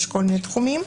יש כל מיני תחומים,